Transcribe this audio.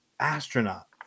astronaut